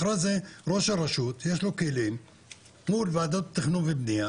לאחר מכן ראש הרשות יש לו כלים מול ועדות תכנון ובנייה,